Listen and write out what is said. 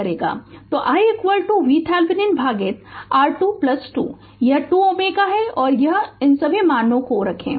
तो i VThevenin भागित R2 2 यह 2 Ω और इन सभी मानों को रखें